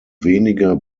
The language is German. wenige